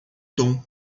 tom